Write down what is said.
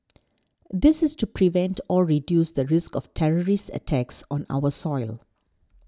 this is to prevent or reduce the risk of terrorist attacks on our soil